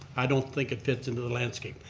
i don't think it fits into the landscape.